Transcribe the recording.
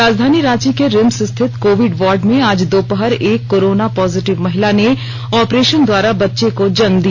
राजधानी रांची के रिम्स स्थित कोविड वार्ड में आज दोपहर एक कोरोना पॉजिटिव महिला ने ऑपरेशन द्वारा बच्चे को जन्म दिया